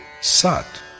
Sat